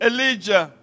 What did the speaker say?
Elijah